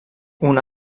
una